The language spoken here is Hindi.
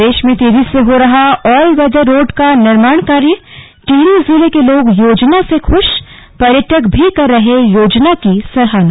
प्रदेश में तेजी से हो रहा ऑलवेदर रोड का निर्माण कार्यटिहरी जिले के लोग योजना से खुश पर्यटक भी कर रहे योजना की सराहना